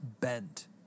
bent